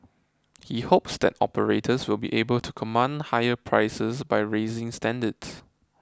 he hopes that operators will be able to command higher prices by raising standards